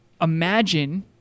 Imagine